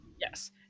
Yes